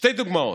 שתי דוגמאות: